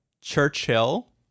Churchill